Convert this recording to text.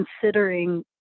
considering